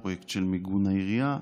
פרויקט של מיגון העירייה,